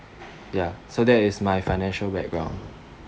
ya so that is my financial background